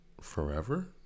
forever